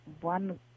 one